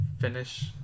finish